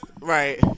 Right